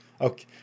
Okay